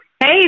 Hey